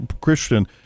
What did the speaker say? Christian